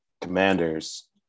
Commanders